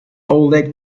oleg